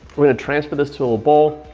we're gonna transfer this to a bowl,